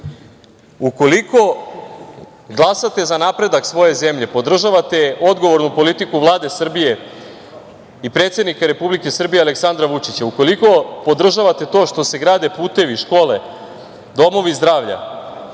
ukoliko glasate za napredak svoje zemlje, podržavate odgovornu politiku Vlade Srbije i predsednika Republike Srbije, Aleksandra Vučića, ukoliko podržavate to što se grade putevi, škole, domovi zdravlja,